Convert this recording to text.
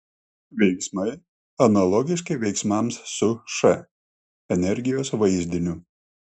veiksmai analogiški veiksmams su š energijos vaizdiniu